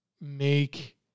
make